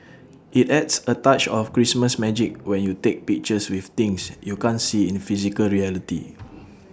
IT adds A touch of Christmas magic when you take pictures with things you can't see in physical reality